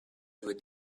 with